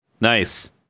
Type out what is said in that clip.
nice